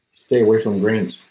stay away from grains.